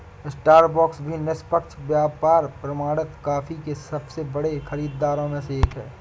Starbucks भी निष्पक्ष व्यापार प्रमाणित कॉफी के सबसे बड़े खरीदारों में से एक है